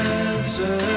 answer